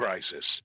Crisis